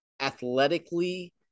Athletically